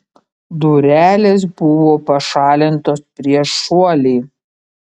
durelės buvo pašalintos prieš šuolį